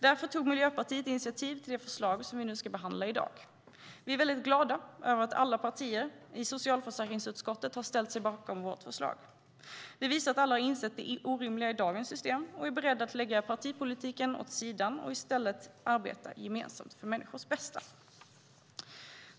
Därför tog Miljöpartiet initiativ till det förslag som vi nu behandlar i dag. Vi är väldigt glada över att alla partier i socialförsäkringsutskottet har ställt sig bakom vårt förslag. Det visar att alla har insett det orimliga i dagens system och är beredda att lägga partipolitiken åt sidan och i stället arbeta gemensamt för människors bästa.